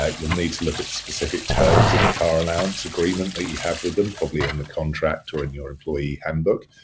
you'll need to look at specific terms of the car allowance agreement that you have with them probably in the contract or in your employee handbook.